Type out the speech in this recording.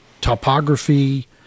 topography